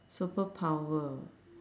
superpower